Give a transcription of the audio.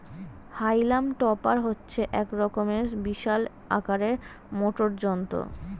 হাইলাম টপার হচ্ছে এক রকমের বিশাল আকারের মোটর যন্ত্র